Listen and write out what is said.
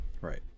Right